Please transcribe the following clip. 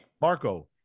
Marco